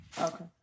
Okay